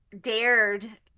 dared